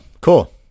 cool